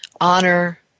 honor